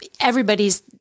everybody's